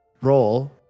roll